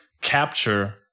capture